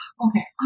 Okay